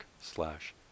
slash